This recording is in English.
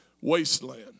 wasteland